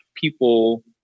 people